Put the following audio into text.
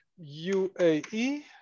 UAE